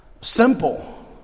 simple